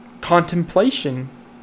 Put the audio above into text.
contemplation